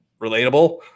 relatable